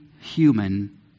human